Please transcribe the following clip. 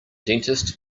dentist